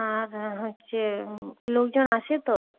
আর হচ্ছে লোকজন আসে তো